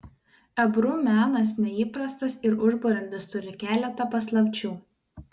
ebru menas neįprastas ir užburiantis turi keletą paslapčių